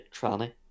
tranny